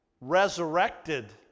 resurrected